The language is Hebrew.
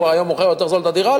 הוא היום מוכר יותר זול את הדירה?